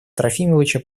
трофимовича